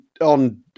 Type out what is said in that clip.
on